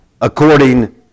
according